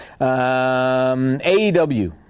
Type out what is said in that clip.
AEW